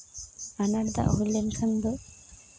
ᱟᱱᱟᱴ ᱫᱚ ᱦᱩᱭ ᱞᱮᱱᱠᱷᱟᱱ ᱫᱚ